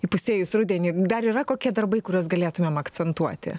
įpusėjus rudeniui dar yra kokie darbai kuriuos galėtumėm akcentuoti